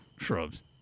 shrubs